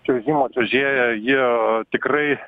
čiuožimo čiuožėja ji tikrai